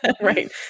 right